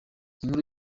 inkuru